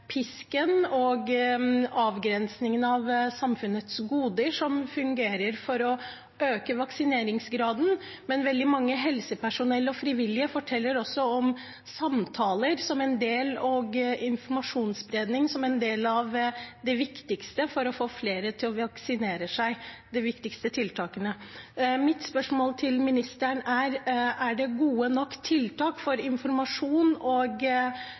pisk og avgrensing av samfunnets goder som fungerer for å øke vaksineringsgraden. Veldig mange, som helsepersonell og frivillige, forteller også om samtaler og informasjonsspredning som et av de viktigste tiltakene for å få flere til å vaksinere seg. Mitt spørsmål til ministeren er: Er det gode nok tiltak for informasjon